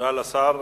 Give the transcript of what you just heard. תודה לשר.